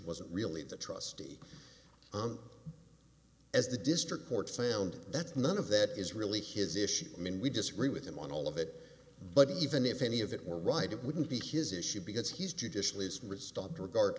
wasn't really the trustee as the district court found that's none of that is really his issue i mean we disagree with him on all of it but even if any of it were right it wouldn't be his issue because he's judicially is restocked regard